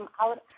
out